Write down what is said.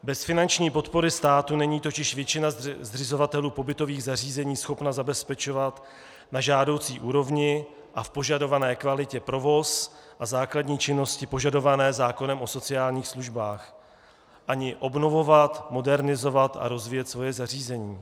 Bez finanční podpory státu totiž není většina zřizovatelů pobytových zařízení schopna zabezpečovat na žádoucí úrovni a v požadované kvalitě provoz a základní činnosti požadované zákonem o sociálních službách a ani obnovovat, modernizovat a rozvíjet svoje zařízení.